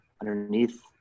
underneath